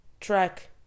track